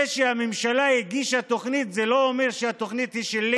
זה שהממשלה הגישה תוכנית זה לא אומר שהתוכנית היא שלי